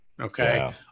okay